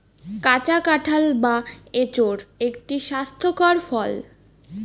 কাঁচা কাঁঠাল বা এঁচোড় একটি স্বাস্থ্যকর ফল